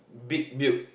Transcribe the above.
big build